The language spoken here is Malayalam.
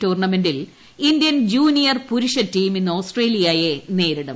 ടൂർണമെന്റിൽ ഇന്ത്യൻ ജൂനിയർ പുരുഷ ടീം ഇന്ന് ഓസ്ട്രേലിയയെ നേരിടും